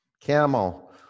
Camel